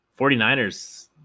49ers